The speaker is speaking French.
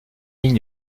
ligne